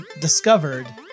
discovered